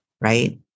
right